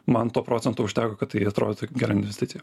man to procento užteko kad tai atrodytų gera investicija